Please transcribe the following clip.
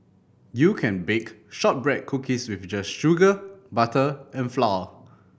you can bake shortbread cookies with just sugar butter and flour